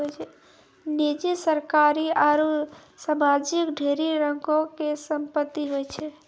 निजी, सरकारी आरु समाजिक ढेरी रंगो के संपत्ति होय छै